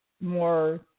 more